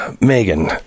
Megan